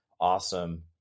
awesome